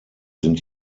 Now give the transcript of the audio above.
sind